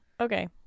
okay